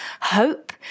hope